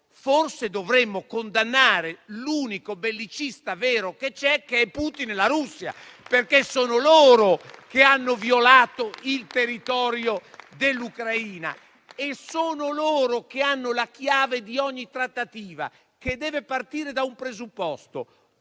Forse dovremmo condannare l'unico bellicista vero, che è Putin, che è la Russia. Perché sono loro che hanno violato il territorio dell'Ucraina e sono loro che hanno la chiave di ogni trattativa, che deve partire da un presupposto: